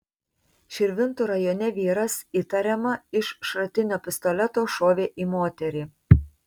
širvintų rajone vyras įtariama iš šratinio pistoleto šovė į moterį